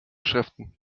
schriften